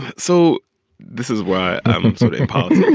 so this is why sort of and